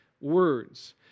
words